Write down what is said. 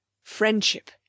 Friendship